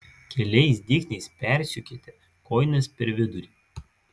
keliais dygsniais persiūkite kojines per vidurį